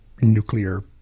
nuclear